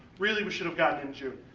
really, we should have gotten in june.